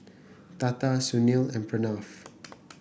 Tata Sunil and Pranav